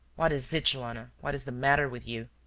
what is it, joanna? what is the matter with you?